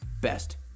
best